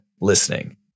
listening